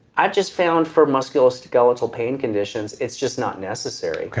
i just found for musculoskeletal pain conditions, it's just not necessary.